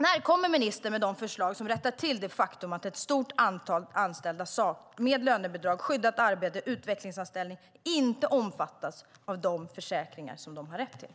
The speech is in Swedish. När ska ministern lägga fram de förslag som rättar till det faktum att ett stort antal anställda med lönebidrag, skyddat arbete eller utvecklingsanställning inte omfattas av de försäkringar de har rätt till?